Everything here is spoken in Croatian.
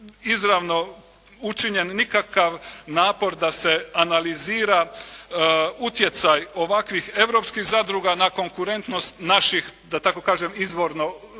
izravno učinjen nikakav napor da se analizira utjecaj ovakvih europskih zadruga na konkurentnost naših da tako kažem izvorno